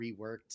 reworked